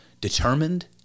Determined